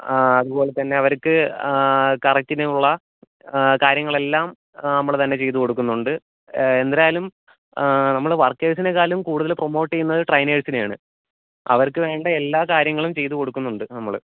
ആ അതുപോലെത്തന്നെ അവർക്ക് കറക്റ്റിനുള്ള കാര്യങ്ങളെല്ലാം നമ്മൾ തന്നെ ചെയ്ത് കൊടുക്കുന്നുണ്ട് എന്തരായാലും നമ്മൾ വർക്കേഴ്സിനെക്കാളും കൂടുതൽ പ്രൊമോട്ട് ചെയ്യുന്നത് ട്രൈനേഴ്സിനെയാണ് അവർക്ക് വേണ്ട എല്ലാ കാര്യങ്ങളും ചെയ്ത് കൊടുക്കുന്നുണ്ട് നമ്മൾ